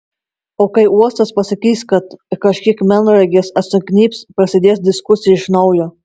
o kai uostas pasakys kad kažkiek melnragės atsignybs prasidės diskusija iš naujo